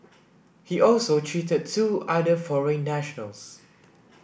he also cheated two other foreign nationals